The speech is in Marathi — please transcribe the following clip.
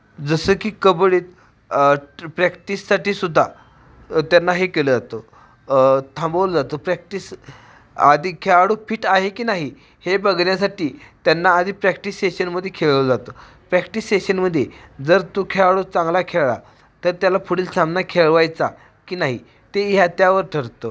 जसं की कबड्डीत ट्री प्रॅक्टिससाठीसुद्धा त्यांना हे केलं जातं थांबवलं जातं प्रॅक्टिस आधी खेळाडू फिट आहे की नाही हे बघण्यासाठी त्यांना आधी प्रॅक्टिस सेशनमध्ये खेळवलं जातं प्रॅक्टिस सेशनमध्ये जर तो खेळाडू चांगला खेळला तर त्याला पुढील सामना खेळवायचा की नाही ते ह्या त्यावर ठरतं